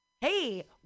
Hey